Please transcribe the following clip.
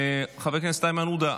חבר הכנסת איימן עודה,